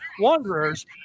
Wanderers